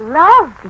love